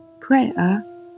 Prayer